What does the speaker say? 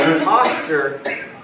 posture